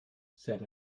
said